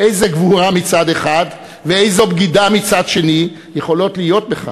איזו גבורה מצד אחד ואיזו בגידה מצד שני יכולות להיות בכך?